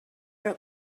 però